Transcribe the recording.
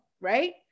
right